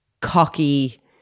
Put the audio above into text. Cocky